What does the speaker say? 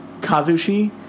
Kazushi